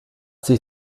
dich